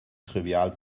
trivial